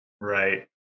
Right